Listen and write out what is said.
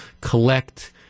collect